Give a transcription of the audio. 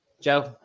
joe